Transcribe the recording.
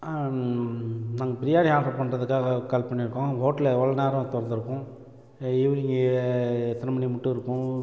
நாங்கள் பிரியாணி ஆர்டர் பண்ணுறதுக்காக கால் பண்ணியிருக்கோம் ஹோட்டல் எவ்வளவு நேரம் திறந்திருக்கும் ஈவினிங் எத்தனை மணி மட்டும் இருக்கும்